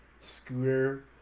scooter